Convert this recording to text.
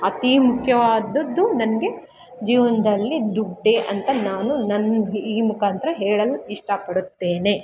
ಅತಿ ಮುಖ್ಯವಾದದ್ದು ನನಗೆ ಜೀವನದಲ್ಲಿ ದುಡ್ಡೇ ಅಂತ ನಾನು ನನ್ನ ಈ ಮುಖಾಂತರ ಹೇಳಲು ಇಷ್ಟಪಡುತ್ತೇನೆ